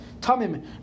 tamim